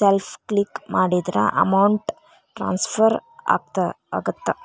self click ಮಾಡಿದ್ರ amount transfer ಆಗತ್ತ